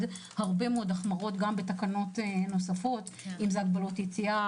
הרבה מאוד החמרות גם בתקנות נוספות: הגבלות יציאה,